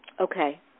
Okay